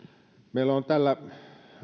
meillä on